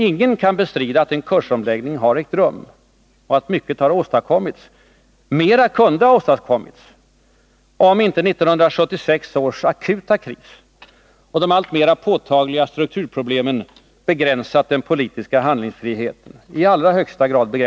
Ingen kan bestrida att en kursomläggning ägt rum och att mycket har åstadkommits. Mera kunde ha åstadkommits, om inte 1976 års akuta kris och de alltmer påtagliga strukturproblemen i allra högsta grad begränsat den politiska handlingsfriheten.